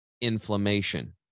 inflammation